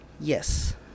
yes